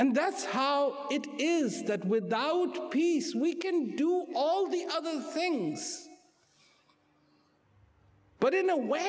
and that's how it is that without peace we can do all the other things but in no way